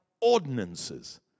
ordinances